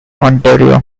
ontario